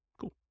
Cool